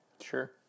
Sure